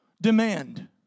demand